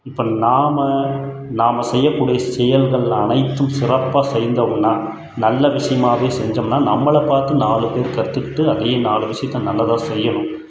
இப்போ நாம் நாம் செய்யக்கூடிய செயல்கள் அனைத்தும் சிறப்பாக செய்தோம்னால் நல்ல விஷயமாவே செஞ்சோம்னால் நம்மளை பார்த்து நாலு பேரு கற்றுக்கிட்டு அதே நாலு விஷயத்த நல்லதாக செய்யணும்